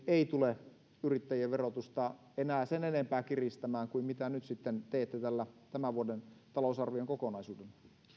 ei tule yrittäjien verotusta enää sen enempää kiristämään kuin mitä nyt sitten teette tällä tämän vuoden talousarvion kokonaisuudella